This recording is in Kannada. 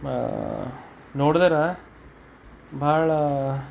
ನೋಡ್ದರ ಬಹಳ